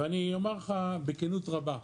ואני אומר לך בכנות רבה,